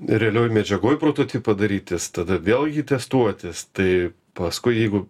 realioj medžiagoj prototipą darytis tada vėl jį testuotis tai paskui jeigu